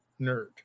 nerd